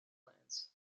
plans